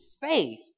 faith